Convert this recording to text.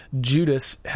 Judas